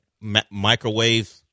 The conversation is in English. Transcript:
microwave